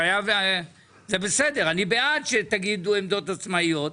זה בסדר אני בעד שתגידו עמדות עצמאיות,